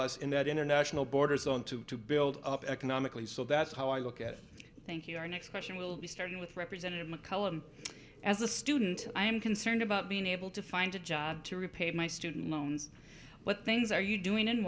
us in that internet no borders on to to build up economically so that's how i look at it thank you our next question will be starting with representative mccullum as a student i am concerned about being able to find a job to repay my student loans but they are you doing in